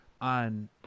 on